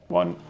one